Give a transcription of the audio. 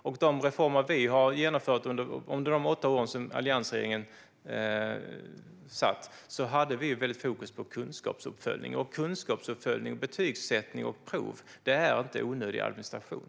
I de reformer vi genomförde under de åtta år som alliansregeringen satt vid regeringsmakten hade vi fokus på kunskapsuppföljning, och kunskapsuppföljning, betygsättning och prov är inte onödig administration.